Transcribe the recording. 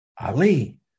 Ali